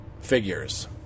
figures